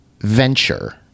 Venture